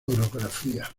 orografía